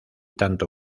tanto